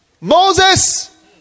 Moses